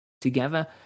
together